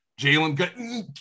Jalen